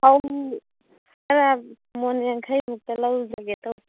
ꯐꯧ ꯈꯔ ꯃꯣꯟ ꯌꯥꯡꯈꯩꯃꯨꯛꯇ ꯂꯧꯖꯒꯦ ꯇꯧꯕ